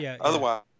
Otherwise